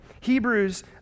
Hebrews